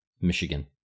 Michigan